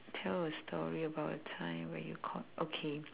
tell a story about a time when you caught okay